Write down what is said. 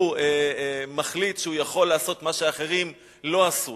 הוא מחליט שהוא יכול לעשות מה שאחרים לא עשו,